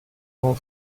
rend